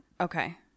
Okay